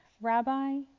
Rabbi